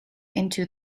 into